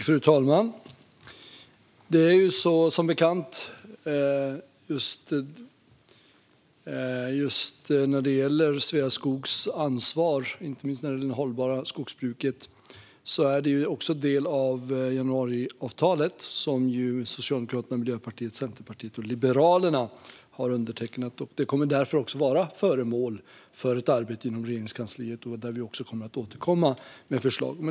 Fru talman! Det är som bekant så när det gäller Sveaskogs ansvar, inte minst för det hållbara skogsbruket, att det är en del av januariavtalet som ju Socialdemokraterna, Miljöpartiet, Centerpartiet och Liberalerna har undertecknat. Det kommer därför också att vara föremål för ett arbete inom Regeringskansliet, och vi kommer att återkomma med förslag.